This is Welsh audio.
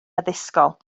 addysgol